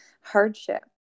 hardship